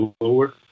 lower